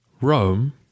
Rome